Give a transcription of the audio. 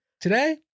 today